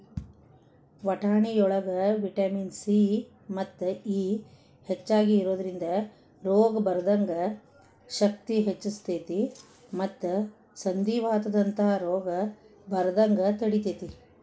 ವಟಾಣಿಯೊಳಗ vitamin C ಮತ್ತು E ಹೆಚ್ಚಾಗಿ ಇರೋದ್ರಿಂದ ರೋಗ ಬರದಂಗ ಶಕ್ತಿನ ಹೆಚ್ಚಸ್ತೇತಿ ಮತ್ತ ಸಂಧಿವಾತದಂತ ರೋಗ ಬರದಂಗ ತಡಿತೇತಿ